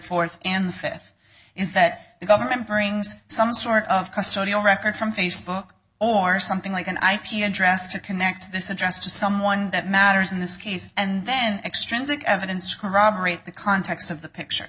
fourth and fifth is that the government brings some sort of custody or record from facebook or something like an ip address to connect this address to someone that matters in this case and then extrinsic evidence to corroborate the context of the picture